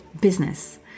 business